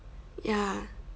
ya